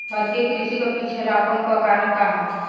भारतीय कृषि क पिछड़ापन क कारण का ह?